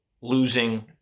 losing